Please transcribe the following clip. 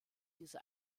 diese